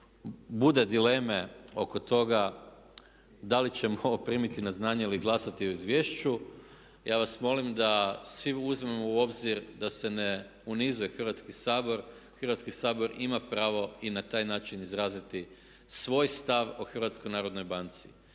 bude dileme oko toga da li ćemo ovo primiti na znanje ili glasati o izvješću ja vas molim da svi uzmemo u obzir da se ne unizuje Hrvatski sabor, Hrvatski sabor ima pravo i na taj način izraziti svoj stav o HNBU-u. Neovisnost